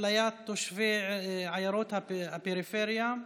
אפליית תושבי עיירות הפריפריה.